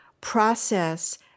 process